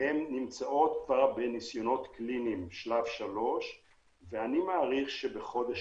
נמצאות כבר בניסיון קליניים שלב 3. אני מעריך שבחודש